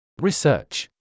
Research